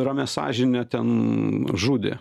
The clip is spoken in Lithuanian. ramia sąžine ten žudė